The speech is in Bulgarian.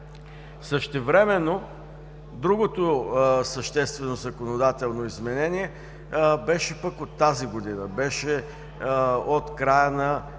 Същевременно другото съществено законодателно изменение беше пък от тази година – беше от края на